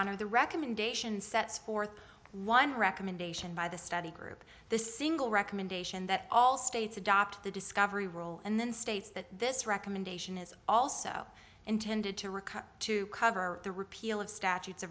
honor the recommendation sets forth one recommendation by the study group the single recommendation that all states adopt the discovery role and then states that this recommendation is also intended to recut to cover the repeal of statutes